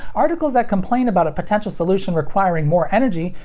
articles that complain about a potential solution requiring more energy,